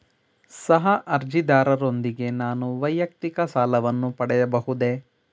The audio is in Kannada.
ಸಹ ಅರ್ಜಿದಾರರೊಂದಿಗೆ ನಾನು ವೈಯಕ್ತಿಕ ಸಾಲವನ್ನು ಪಡೆಯಬಹುದೇ?